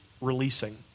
releasing